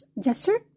gesture